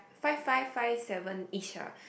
five five five seven ish ah